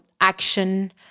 action